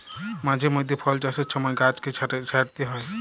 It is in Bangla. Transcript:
মাঝে মইধ্যে ফল চাষের ছময় গাহাচকে ছাঁইটতে হ্যয়